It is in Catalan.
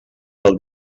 del